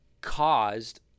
caused